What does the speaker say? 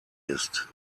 ist